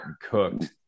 cooked